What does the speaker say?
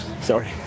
Sorry